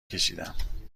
کشیدم